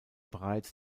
bereits